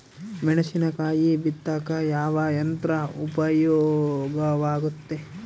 ಮೆಣಸಿನಕಾಯಿ ಬಿತ್ತಾಕ ಯಾವ ಯಂತ್ರ ಉಪಯೋಗವಾಗುತ್ತೆ?